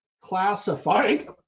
classified